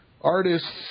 artists